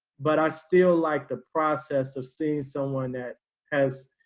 but i still like the process of seeing someone that has.